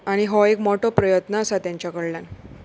आनी हो एक मोटो प्रयत्न आसा तेंच्या कडल्यान